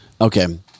Okay